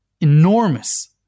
enormous